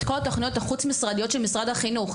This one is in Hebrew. כל התוכניות החוץ-משרדיות של משרד החינוך,